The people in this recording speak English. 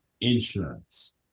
insurance